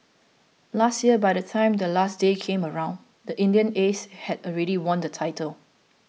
last year by the time the last day came around the Indian Aces had already won the title